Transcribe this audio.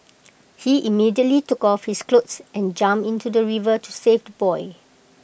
he immediately took off his clothes and jumped into the river to save the boy